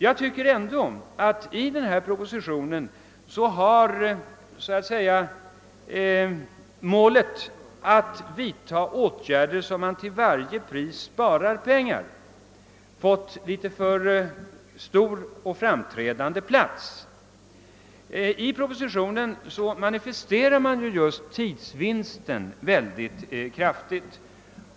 Jag tycker ändå att målet att vidta åtgärder för att så att säga till varje pris spara pengar har fått en något för stor och framträdande plats i propositionen. Där poängterar man just tidsvinsten särskilt kraftigt.